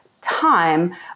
time